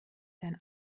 sein